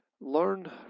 Learn